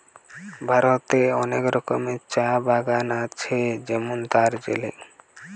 ভারতে অনেক রকমের চা বাগান আছে যেমন দার্জিলিং